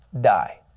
die